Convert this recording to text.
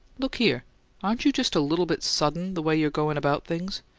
look here aren't you just a little bit sudden, the way you're goin' about things?